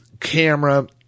camera